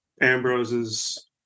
Ambrose's